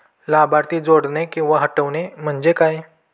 लाभार्थी जोडणे किंवा हटवणे, म्हणजे काय?